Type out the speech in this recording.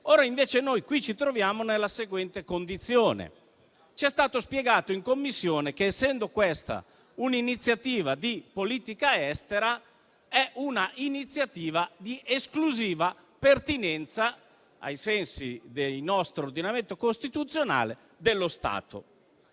Invece noi qui ci troviamo nella seguente condizione: ci è stato spiegato in Commissione che, essendo questa un'iniziativa di politica estera, è di esclusiva pertinenza, ai sensi del nostro ordinamento costituzionale, dello Stato.